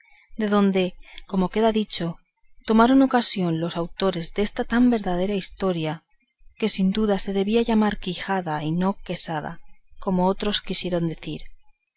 de donde como queda dicho tomaron ocasión los autores desta tan verdadera historia que sin duda se debía de llamar quijada y no quesada como otros quisieron decir